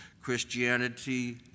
Christianity